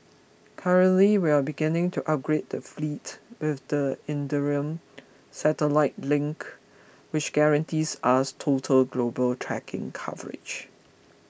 currently we are beginning to upgrade the fleet with the satellite link which guarantees us total global tracking coverage